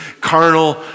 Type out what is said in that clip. carnal